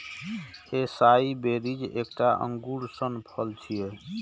एसाई berries एकटा अंगूर सन फल छियै